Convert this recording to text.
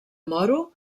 moro